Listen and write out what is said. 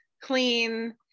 clean